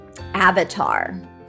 avatar